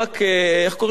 "מרק" איך קוראים להם?